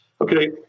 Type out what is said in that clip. Okay